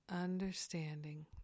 understanding